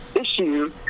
issues